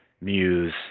Muse